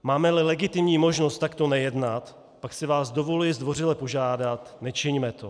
Mámeli legitimní možnost takto nejednat, pak si vás dovoluji zdvořile požádat: Nečiňme to!